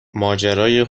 ماجرای